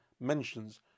mentions